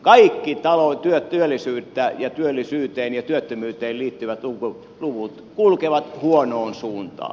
kaikki työllisyyteen ja työttömyyteen liittyvät luvut kulkevat huonoon suuntaan